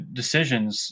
decisions